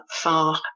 far